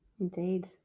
Indeed